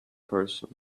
person